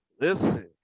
Listen